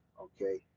okay